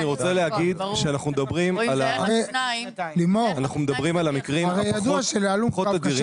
אני רוצה להגיד שאנחנו מדברים על המקרים הפחות נדירים.